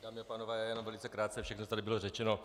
Dámy a pánové, jenom velice krátce, všechno tady bylo řečeno.